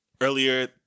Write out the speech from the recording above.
earlier